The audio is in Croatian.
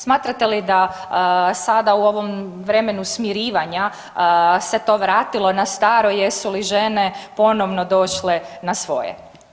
Smatrate li da sada u ovom vremenu smirivanja se to vratilo na staro, jesu li žene ponovo došle na svoje?